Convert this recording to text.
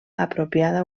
apropiada